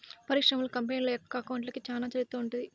పరిశ్రమలు, కంపెనీల యొక్క అకౌంట్లకి చానా చరిత్ర ఉంటది